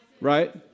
Right